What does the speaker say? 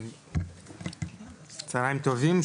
צוהריים טובים,